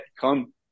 come